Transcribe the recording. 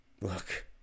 Look